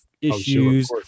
issues